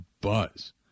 buzz